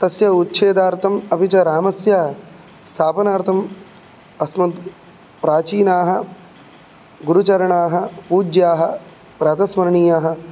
तस्य उच्छेदार्तम् अपि च रामस्य स्थापनार्तं अस्मद् प्राचीनाः गुरुचरणाः पूज्याः प्रातस्मरणीयाः